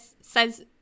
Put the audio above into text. says